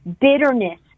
bitterness